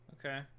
okay